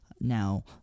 Now